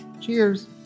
Cheers